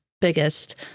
biggest